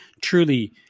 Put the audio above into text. truly